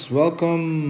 welcome